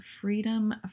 freedom